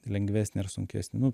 lengvesnį ir sunkesnį nu